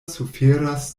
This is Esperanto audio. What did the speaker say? suferas